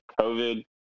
COVID